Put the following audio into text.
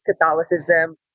catholicism